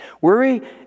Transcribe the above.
Worry